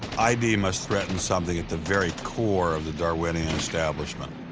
id must threaten something at the very core of the darwinian establishment.